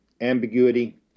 ambiguity